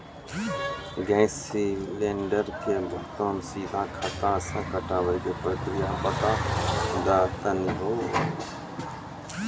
Gas cylinder के भुगतान सीधा खाता से कटावे के प्रक्रिया बता दा तनी हो?